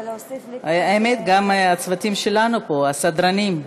ולהוסיף לי, האמת, גם הצוותים שלנו פה, הסדרנים,